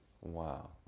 Wow